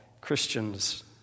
Christians